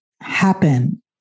happen